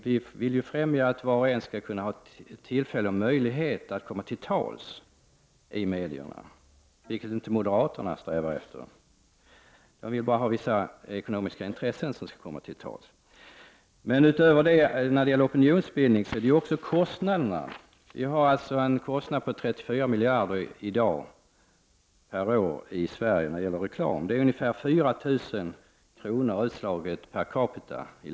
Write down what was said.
Vi vill främja att var och en skall få möjlighet att komma till tals i medierna, vilket är något som moderaterna inte strävar efter. De vill att bara vissa ekonomiska intressen skall få komma till tals. När det gäller opinionsbildning är det också en fråga om kostnaderna. Vi har i dag i Sverige en kostnad på 34 miljarder per år för reklam. Det är ungefär 4 000 kr. per capita.